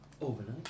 Overnight